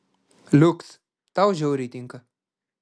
liuks tau žiauriai tinka